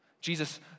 Jesus